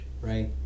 right